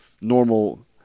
normal